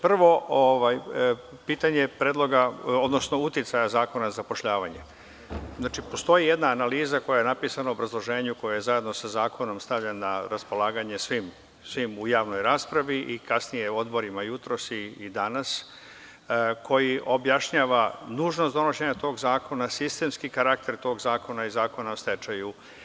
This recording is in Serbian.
Prvo pitanje uticaja zakona na zapošljavanje, postoji jedna analiza koja je napisana u obrazloženju koje je zajedno sa zakonom stavljeno na raspolaganje svima u javnoj raspravi i kasnije na odborima jutros i danas, koji objašnjava nužnost donošenja tog zakona, sistemski karakter tog zakona i Zakona o stečaju.